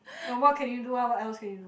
what can you do well what else can you do